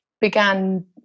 began